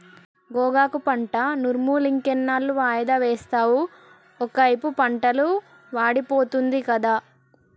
గోగాకు పంట నూర్పులింకెన్నాళ్ళు వాయిదా వేస్తావు ఒకైపు పంటలు వాడిపోతుంది గదా